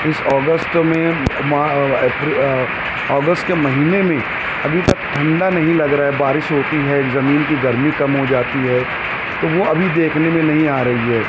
اس اگست میں ما اپری اگست کے مہینے میں ابھی تک ٹھنڈا نہیں لگ رہا ہے بارش ہوتی ہے زمین کی گرمی کم ہو جاتی ہے تو وہ ابھی دیکھنے میں نہیں آ رہی ہے